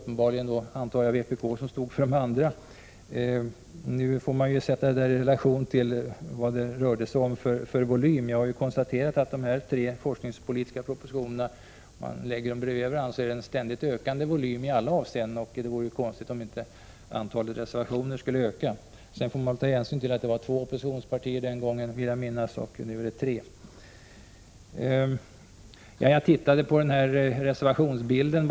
Antagligen stod vpk för de övriga. Nu får siffrorna sättas i relation till den volym som det rörde sig om. Jag har ju konstaterat, att om man lägger de tre forskningspolitiska propositionerna bredvid varandra, finner man att det i alla avseenden rör sig om en ständigt ökande volym. Det vore konstigt om inte antalet reservationer skulle öka. Man får också ta hänsyn till att det var två oppositionspartier den gången. Nu är det tre. 31 Jag såg på reservationsbilden.